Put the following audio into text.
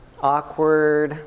awkward